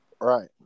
right